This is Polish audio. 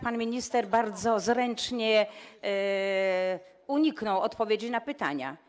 Pan minister bardzo zręcznie uniknął odpowiedzi na pytania.